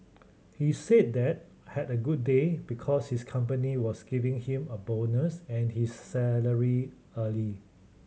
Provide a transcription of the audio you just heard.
he said that had a good day because his company was giving him a bonus and his salary early